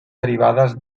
derivades